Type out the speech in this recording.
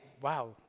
wow